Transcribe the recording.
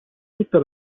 tutta